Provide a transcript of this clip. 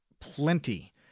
plenty